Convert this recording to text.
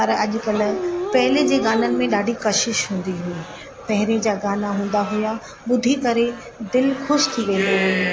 पर अॼुकल्ह पहिले जे गाननि में ॾाढी कशिश हूंदी हुई पहिरियों जा गाना हूंदा हुआ ॿुधी करे दिलि ख़ुशि थी वेंदो हुओ